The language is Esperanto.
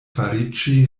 fariĝi